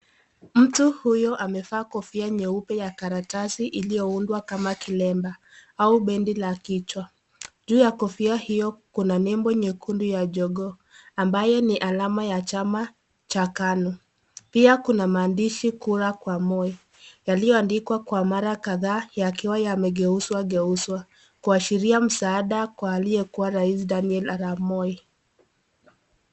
Mtu huyo amevaa kofia nyeupe ya karatasi iliyoundwa kama kilemba au bendi la kichwa. Juu ya kofia hiyo kuna nembo nyekundu ya jogoo ambayo ni alama ya chama cha KANU. Pia kuna maandishi 'kura kwa Moi', yaliyoandikwa kwa mara kadhaa yakiwa yamegeuzwageuzwa kuashiria msaada kwa aliyekuwa rais Daniel Arap Moi.